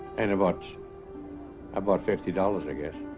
and about about fifty dollars i guess